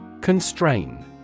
Constrain